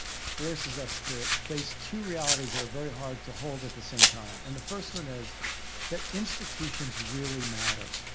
forces us to face two realities that are very hard to hold at the same time. and the first one is that institutions really matter.